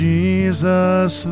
Jesus